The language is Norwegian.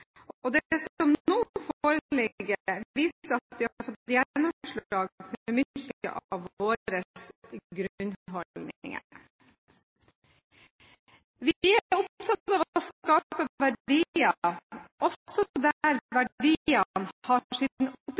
og samfunnsansvar, og det som nå foreligger, viser at vi har fått gjennomslag for mange av våre grunnholdninger. Vi er opptatt av å skape verdier også der verdiene har